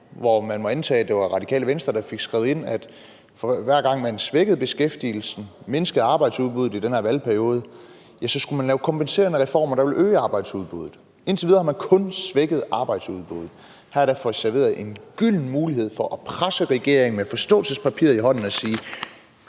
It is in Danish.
hvor man må antage, at det var Radikale Venstre, der fik skrevet ind, at hver gang man svækkede beskæftigelsen, mindskede arbejdsudbuddet, i den her valgperiode, så skulle man lave kompenserende reformer, der ville øge arbejdsudbuddet. Indtil videre har man kun svækket arbejdsudbuddet. Her får I serveret en gylden mulighed for at presse regeringen med forståelsespapiret i hånden og sige: